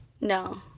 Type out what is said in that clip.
No